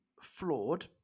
flawed